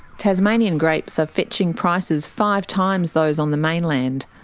tasmanian grapes are fetching prices five times those on the mainland.